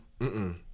Mm-mm